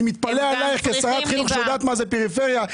מתפלא עליך כשרת חינוך שיודעת מה זה פריפריה,